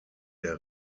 der